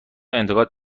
انتقاد